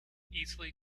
easily